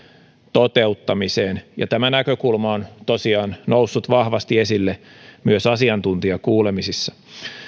toteuttamiseen tämä näkökulma on tosiaan noussut vahvasti esille myös asiantuntijakuulemisissa